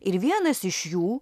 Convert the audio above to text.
ir vienas iš jų